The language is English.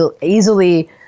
easily